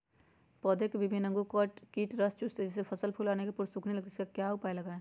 पौधे के विभिन्न अंगों से कीट रस चूसते हैं जिससे फसल फूल आने के पूर्व सूखने लगती है इसका क्या उपाय लगाएं?